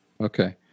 Okay